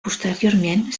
posteriorment